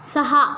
सहा